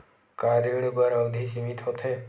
का ऋण बर अवधि सीमित होथे?